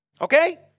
Okay